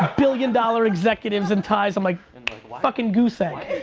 billion dollar executives in ties, i'm like fuckin' goose egg.